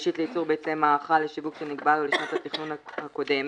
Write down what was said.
האישית לייצור ביצי מאכל לשיווק שנקבעה לו לשנת התכנון הקודמת."